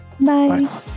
Bye